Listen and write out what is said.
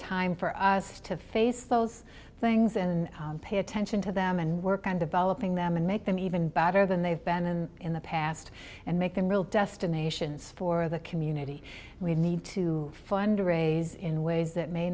time for us to face those things and pay attention to them and work on developing them and make them even better than they've been in the past and make them real destinations for the community and we need to fundraise in ways that may